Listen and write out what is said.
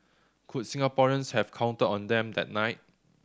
could Singaporeans have counted on them that night